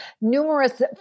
numerous